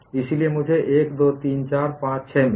इसलिए मुझे 1 2 3 4 5 6 मिले